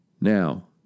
Now